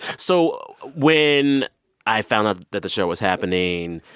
so when i found out that the show was happening,